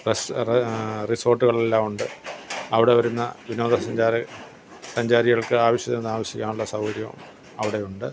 റെസ്റ്റർ റിസോർട്ടുകളെല്ലാം ഉണ്ട് അവിടെ വരുന്ന വിനോദസഞ്ചാര സഞ്ചാരികൾക്ക് ആവശ്യത്തിന് താമസിക്കാനുള്ള സൗകര്യവും അവിടെയുണ്ട്